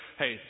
hey